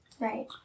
Right